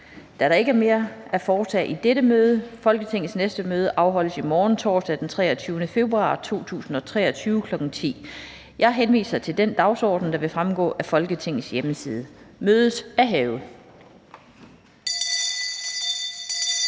Der er ikke mere at foretage i dette møde. Folketingets næste møde afholdes i morgen, torsdag den 23. februar 2023, kl. 10.00. Jeg henviser til den dagsorden, der vil fremgå af Folketingets hjemmeside. Mødet er hævet.